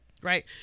Right